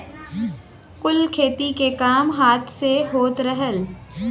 कुल खेती के काम हाथ से होत रहल